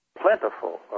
plentiful